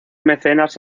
mecenas